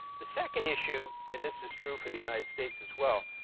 the second issue, and this is true for the united states as well,